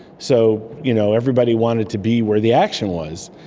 so you know everybody wanted to be where the action was,